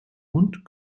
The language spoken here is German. und